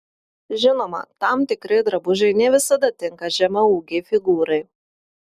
žinoma tam tikri drabužiai ne visada tinka žemaūgei figūrai